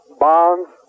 bonds